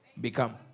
become